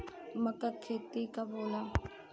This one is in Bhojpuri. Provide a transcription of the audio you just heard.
मक्का के खेती कब होला?